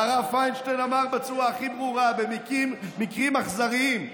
והרב פיינשטיין אמר בצורה הכי ברורה: במקרים אכזריים,